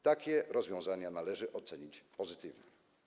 Takie rozwiązania należy ocenić pozytywnie.